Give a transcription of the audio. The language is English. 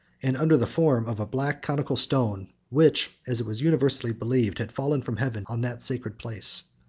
and under the form of a black conical stone, which, as it was universally believed, had fallen from heaven on that sacred place.